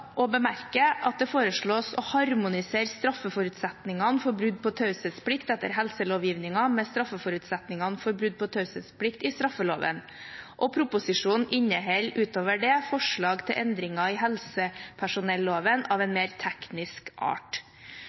å bemerke at det foreslås å harmonisere straffeforutsetningene for brudd på taushetsplikt etter helselovgivningen med straffeforutsetningene for brudd på taushetsplikt i straffeloven. Proposisjonen inneholder utover det forslag til endringer i helsepersonelloven av en mer teknisk art.